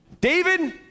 David